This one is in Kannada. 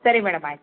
ಸರಿ ಮೇಡಮ್ ಆಯ್ತು